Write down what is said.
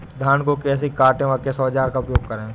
धान को कैसे काटे व किस औजार का उपयोग करें?